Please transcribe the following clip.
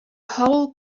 whole